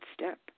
step